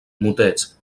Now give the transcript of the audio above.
motets